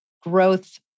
growth